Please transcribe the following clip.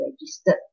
registered